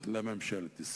לממשלת ישראל,